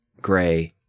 gray